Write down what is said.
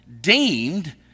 deemed